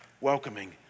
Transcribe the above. welcoming